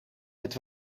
het